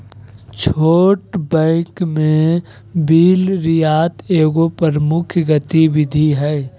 छोट बैंक में बिल रियायत एगो प्रमुख गतिविधि हइ